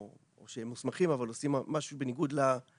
או שהם מוסמכים אבל הם עושים משהו בניגוד לתקן,